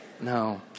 No